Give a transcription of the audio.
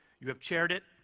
you have chaired it,